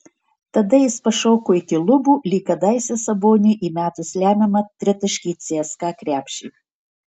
tada jis pašoko iki lubų lyg kadaise saboniui įmetus lemiamą tritaškį į cska krepšį